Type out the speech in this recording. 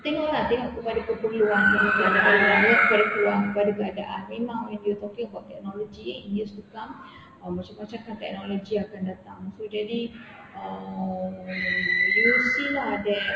tengok lah tengok kepada keperluan pada keadaan pada keperluan pada keadaan memang when you talk about technology in years to come ah macam-macam kan technology akan datang so jadi uh we'll see lah that